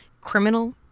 Criminal